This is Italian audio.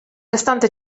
restante